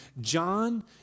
John